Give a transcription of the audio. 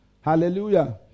Hallelujah